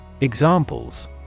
Examples